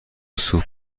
سوپ